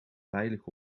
veilig